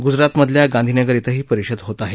गुजरातमधल्या गांधीनगर इथं ही परिषद होत आहे